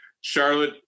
Charlotte